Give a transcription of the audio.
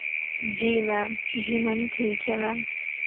جی ma'am جی ma'am ٹھیک ہے میم